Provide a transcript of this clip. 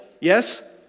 yes